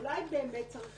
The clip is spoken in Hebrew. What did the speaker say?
אולי שיהיה